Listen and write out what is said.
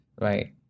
right